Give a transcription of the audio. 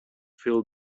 phil